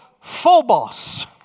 Phobos